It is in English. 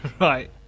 Right